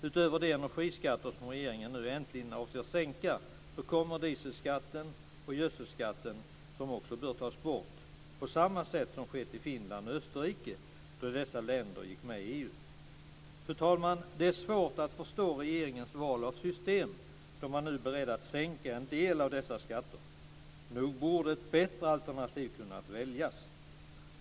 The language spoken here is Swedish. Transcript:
Utöver de energiskatter som regeringen nu äntligen avser att sänka kommer dieselskatten och gödselskatten, som också bör tas bort, på samma sätt som skett i Finland och Österrike då dessa länder gick med i EU. Fru talman! Det är svårt att förstå regeringens val av system då man nu är beredd att sänka en del av dessa skatter. Nog borde ett bättre alternativ kunnat väljas.